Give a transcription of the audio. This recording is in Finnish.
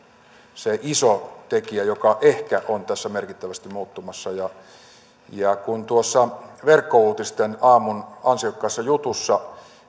se iso tekijä joka ehkä on tässä merkittävästi muuttumassa kun tuossa verkkouutisten aamun ansiokkaassa jutussa